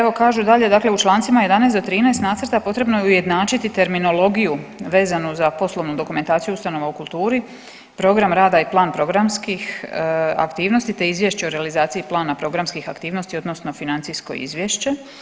Evo kažu dalje dakle u članicama 11. do 13. nacrta potrebno je ujednačiti terminologiju vezanu za poslovnu dokumentaciju ustanova u kulturi, program rada i plan programskih aktivnosti, te izvješće o realizaciji plana programskih aktivnosti odnosno financijsko izvješće.